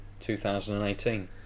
2018